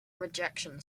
rejection